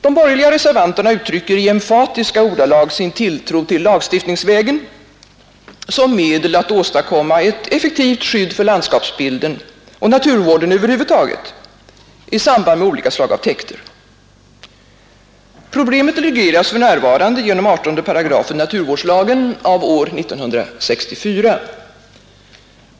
De borgerliga reservanterna uttrycker i emfatiska ordalag sin tilltro till lagstiftningsvägen som medel att åstadkomma ett effektivt skydd för landskapsbilden och naturvården över huvud taget i samband med olika slag av täkter. Problemet regleras för närvarande genom 18 § naturvårdslagen av år 1964.